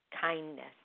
kindness